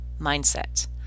mindset